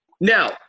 now